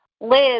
Liz